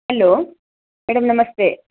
hello madam ನಮಸ್ತೆ